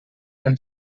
and